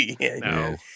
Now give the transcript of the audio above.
No